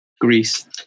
Greece